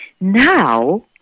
Now